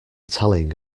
telling